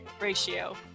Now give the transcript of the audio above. ratio